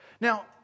Now